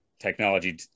technology